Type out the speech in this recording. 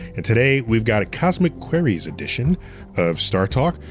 and today we've got a cosmic queries edition of startalk,